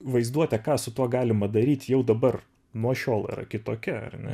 vaizduotė ką su tuo galima daryt jau dabar nuo šiol yra kitokia ar ne